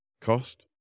cost